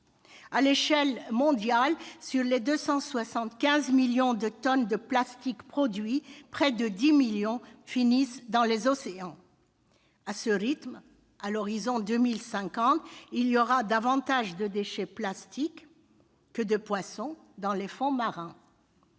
À l'échelle mondiale, sur les 275 millions de tonnes de plastiques produits, près de 10 millions finissent dans les océans. À ce rythme, à l'horizon 2050, il y aura davantage de déchets plastiques que de poissons dans les fonds marins